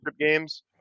games